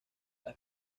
las